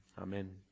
amen